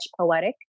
poetic